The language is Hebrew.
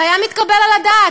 זה היה מתקבל על הדעת.